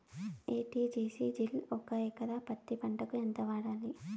ఎ.టి.జి.సి జిల్ ఒక ఎకరా పత్తి పంటకు ఎంత వాడాలి?